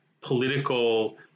political